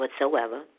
whatsoever